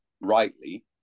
rightly